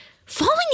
falling